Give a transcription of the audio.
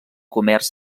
comerç